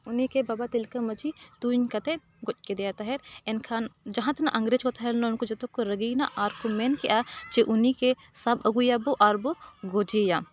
ᱩᱱᱤᱠᱜᱮ ᱵᱟᱵᱟ ᱛᱤᱞᱠᱟᱹ ᱢᱟᱹᱡᱷᱤ ᱛᱩᱧ ᱠᱟᱛᱮᱫ ᱜᱚᱡ ᱠᱮᱫᱮᱭᱟ ᱛᱟᱦᱮᱸ ᱮᱱᱠᱷᱟᱱ ᱡᱟᱦᱟᱸ ᱛᱤᱱᱟᱹᱜ ᱤᱝᱨᱮᱡᱽ ᱠᱚ ᱛᱟᱦᱮᱸ ᱞᱮᱱᱟ ᱩᱱᱠᱩ ᱡᱚᱛᱚ ᱠᱚ ᱨᱟᱹᱜᱤᱭᱮᱱᱟ ᱟᱨᱠᱚ ᱢᱮᱱ ᱠᱮᱫᱟ ᱡᱮ ᱩᱱᱤᱜᱮ ᱥᱟᱵ ᱟᱹᱜᱩᱭ ᱮᱭᱟᱵᱚ ᱟᱨ ᱵᱚ ᱜᱚᱡᱮᱭᱟ